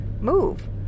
move